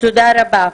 תודה רבה.